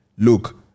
Look